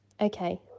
Okay